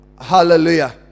hallelujah